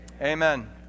Amen